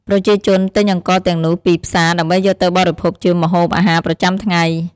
ប្រជាជនទិញអង្ករទាំងនោះពីផ្សារ ដើម្បីយកទៅបរិភោគជាម្ហូបអាហារប្រចាំថ្ងៃ។